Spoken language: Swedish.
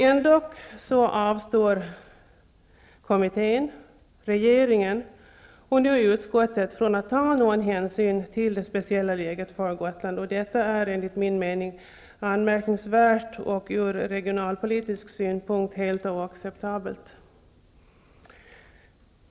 Ändock avstår kommittén, regeringen och nu utskottet från att ta någon hänsyn till det speciella läget för Gotland. Detta är enligt min mening anmärkningsvärt och ur regionalpolitisk synpunkt helt oacceptabelt.